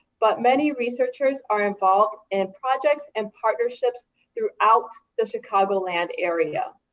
but many researchers are involved in projects and partnerships throughout the chicagoland area.